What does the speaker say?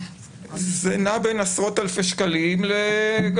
זה נע בין עשרות אלפי שקלים ליותר.